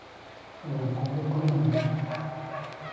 ᱚᱱᱟ ᱠᱚᱞ ᱠᱷᱚᱱᱟᱝ